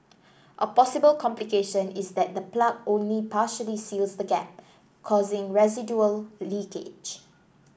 a possible complication is that the plug only partially seals the gap causing residual leakage